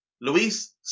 Luis